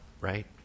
Right